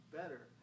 better